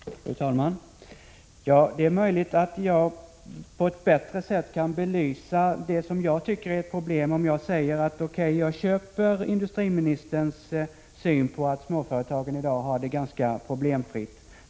Fru talman! Det är möjligt att jag på ett bättre sätt kan belysa det som jag tycker är problem, om jag säger: O.K., jag köper industriministerns syn på att småföretagen i dag har det ganska problemfritt.